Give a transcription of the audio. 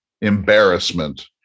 embarrassment